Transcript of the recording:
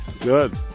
Good